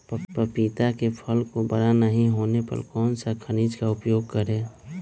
पपीता के फल को बड़ा नहीं होने पर कौन सा खनिज का उपयोग करें?